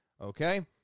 Okay